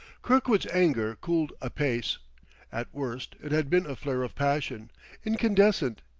kirkwood's anger cooled apace at worst it had been a flare of passion incandescent.